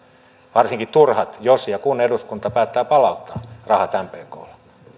varsinkin silloin turhat jos ja kun eduskunta päättää palauttaa rahat mpklle